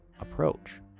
approach